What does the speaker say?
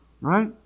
Right